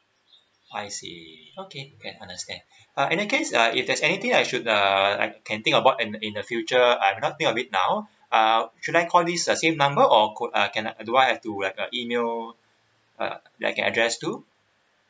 I see okay and understand uh in that case uh if there's anything I should uh I can think about and in the future I'm not think of it now uh should I call this uh same number or cou~ uh can I do I have to write an email uh like address to